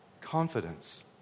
confidence